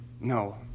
No